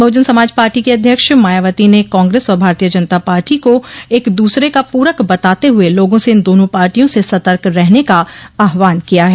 बहुजन Samaj party की अध्यक्ष मायावती ने कांग्रेस और भारतीय जनता पार्टी को एक दूसरे का पूरक बताते हुए लोगों से इन दोनों पार्टियों से सर्तक रहने का आहवान किया है